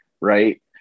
right